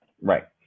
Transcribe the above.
Right